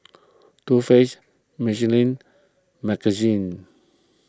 Too Faced Michelin